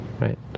right